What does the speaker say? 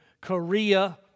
Korea